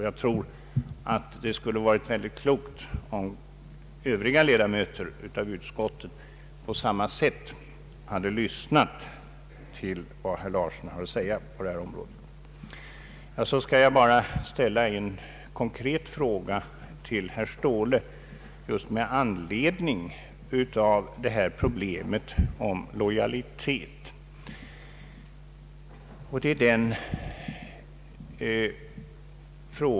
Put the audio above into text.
Jag tror att det skulle ha varit mycket klokt om övriga ledamöter av utskottet på samma sätt hade lyssnat till vad herr Larsson hade att säga på detta område. Vidare vill jag ställa en konkret fråga till herr Ståhle med anledning av problemet om lojalitet.